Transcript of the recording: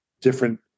different